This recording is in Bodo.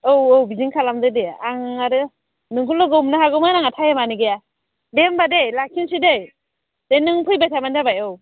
औ औ बिदिनो खालामदो दे आं आरो नोंखौ लोगो हमनो हागौमोन आंहा टाइमआनो गैया दे होनबा दै लाखिनोसै दै दे नों फैबाय थाबानो जाबाय औ